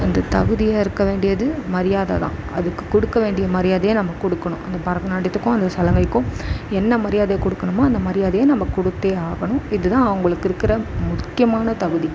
அந்தத் தகுதியாக இருக்கற வேண்டியது மரியாதைதான் அதுக்குக் கொடுக்க வேண்டிய மரியாதையை நம்ம கொடுக்கணும் அந்த பரதநாட்டியத்துக்கும் அந்த சலங்கைக்கும் என்ன மரியாதை கொடுக்கணுமோ அந்த மரியாதையை நம்ம கொடுத்தே ஆகணும் இதுதான் அவங்களுக்கு இருக்கின்ற முக்கியமான தகுதி